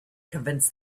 convince